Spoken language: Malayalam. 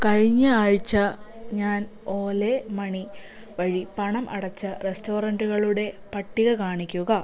കഴിഞ്ഞ ആഴ്ച ഞാൻ ഓലെ മണി വഴി പണം അടച്ച റെസ്റ്റോറൻറ്റുകളുടെ പട്ടിക കാണിക്കുക